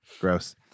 Gross